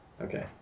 okay